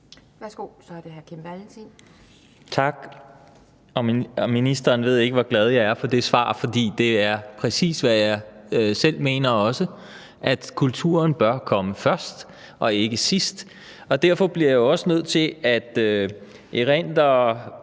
Valentin. Kl. 18:36 Kim Valentin (V): Tak. Ministeren ved ikke, hvor glad jeg er for det svar, for det er præcis, hvad jeg også mener: at kulturen bør komme først og ikke sidst. Derfor bliver jeg jo også nødt til at erindre